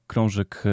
Krążek